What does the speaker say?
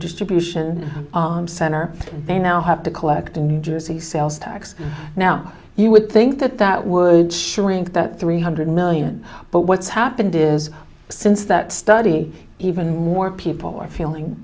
distribution center they now have to collect in new jersey sales tax now you would think that that would shrink that three hundred million but what's happened is since that study even more people are feeling